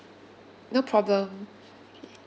no problem